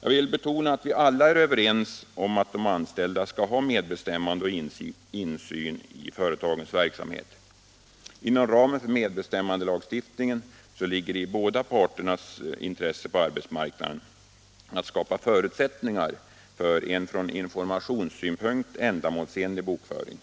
Jag vill betona att vi alla är överens om att de anställda skall ha medbestämmande och insyn i företagens verksamhet. Inom ramen för med = Bokföringsnämnbestämmandelagstiftningen ligger det i båda parternas på arbetsmarkden, m.m. naden intresse att skapa förutsättningar för en från informationssynpunkt ändamålsenlig bokföring.